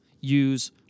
use